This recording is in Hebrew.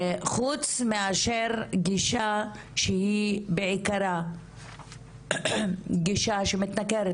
חוץ מאשר גישה שהיא בעיקרה גישה שמתנכרת